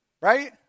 Right